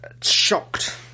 shocked